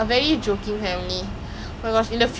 no lah I don't use TikTok that much lah